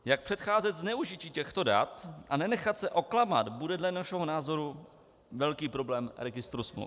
Jak předcházet zneužití těchto dat a nenechat se oklamat bude dle našeho názoru velký problém registru smluv.